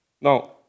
Now